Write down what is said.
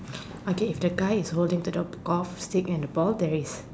okay if the guy is holding the golf stick and the ball there is